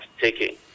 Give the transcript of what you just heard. taking